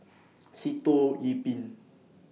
Sitoh Yih Pin